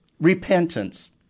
repentance